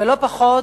ולא פחות,